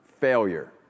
failure